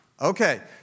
Okay